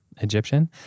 Egyptian